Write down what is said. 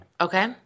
Okay